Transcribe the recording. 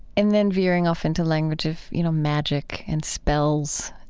and then veering off into language of, you know, magic and spells,